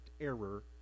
error